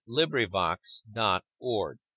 LibriVox.org